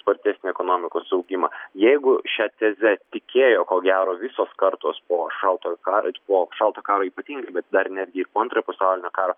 spartesnį ekonomikos augimą jeigu šia teze tikėjo ko gero visos kartos po šaltojo karo po šaltojo karo ypatingai bet dar netgi po antrojo pasaulinio karo